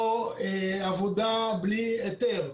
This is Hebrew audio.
או עבודה בלי היתר,